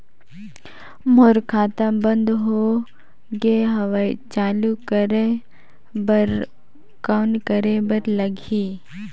मोर खाता बंद हो गे हवय चालू कराय बर कौन करे बर लगही?